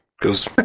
goes